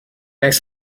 عکس